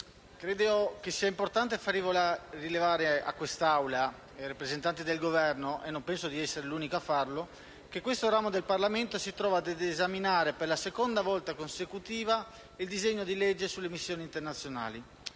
credo sia importante far rilevare a quest'Assemblea e al rappresentante del Governo - e non penso di essere l'unico a farlo - che questo ramo del Parlamento si trova ad esaminare per la seconda volta consecutiva il disegno di legge sulle missioni internazionali